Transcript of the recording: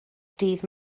dydd